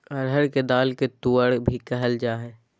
अरहर के दाल के तुअर भी कहल जाय हइ